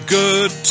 good